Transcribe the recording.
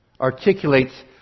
articulates